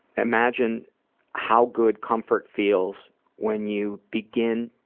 imagine how good comfort feels when you begin